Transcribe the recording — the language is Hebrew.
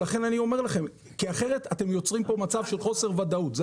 לכן אני אומר לכם כי אחרת אתם יוצרים כאן מצב של חוסר ודאות.